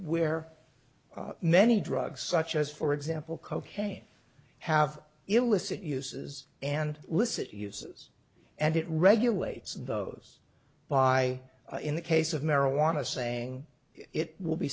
where many drugs such as for example cocaine have illicit uses and listen to uses and it regulates those by in the case of marijuana saying it will be